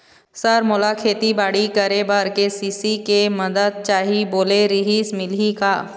Sir मोला खेतीबाड़ी करेबर के.सी.सी के मंदत चाही बोले रीहिस मिलही का?